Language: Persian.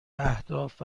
اهداف